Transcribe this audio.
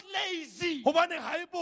lazy